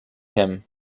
him